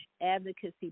advocacy